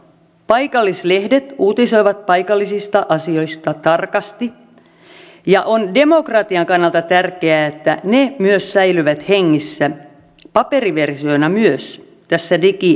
paikallislehdet uutisoivat paikallisista asioista tarkasti ja on demokratian kannalta tärkeää että myös ne säilyvät hengissä myös paperiversioina tässä digimurroksessa